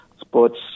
sports